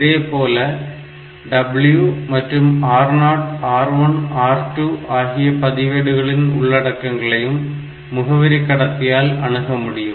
இதேபோல W மற்றும் R0 R1 R2 பதிவேடுகளின் உள்ளடக்கங்களையும் முகவரி கடத்தியால் அணுகமுடியும்